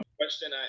question